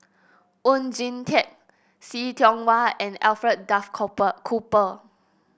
Oon Jin Teik See Tiong Wah and Alfred Duff Cooper